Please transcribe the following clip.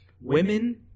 women